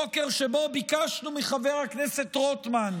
בוקר שבו ביקשנו מחבר הכנסת רוטמן: